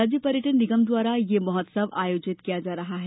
राज्य पर्यटन निगम द्वारा ये महोत्सव आयोजित किया जा रहा है